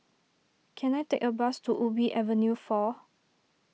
can I take a bus to Ubi Avenue four